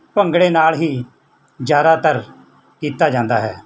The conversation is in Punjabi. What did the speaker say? ਭੰਗੜੇ ਨਾਲ ਹੀ ਜ਼ਿਆਦਾਤਰ ਕੀਤਾ ਜਾਂਦਾ ਹੈ